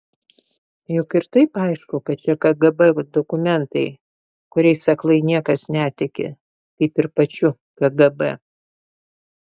juk ir taip aišku kad čia kgb dokumentai kuriais aklai niekas netiki kaip ir pačiu kgb